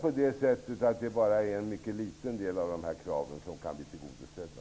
Är det endast en mycket liten del av dessa krav som kan bli tillgodosedda?